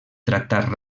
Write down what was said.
tractar